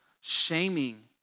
shaming